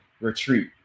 retreat